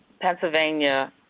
Pennsylvania